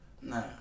nah